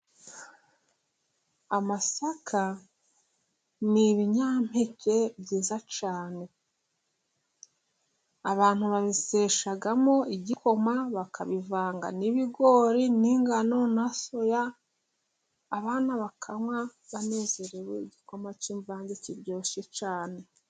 Amasaka ni ibinyampeke byiza cyane. Abantu babiseshamo igikoma. Bakabivanga n'ibigori n'ingano na soya. Abana bakanywa banezerewe igikoma cy'imvange kiryoshye cyane.